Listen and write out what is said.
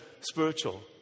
spiritual